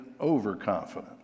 overconfident